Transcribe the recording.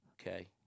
Okay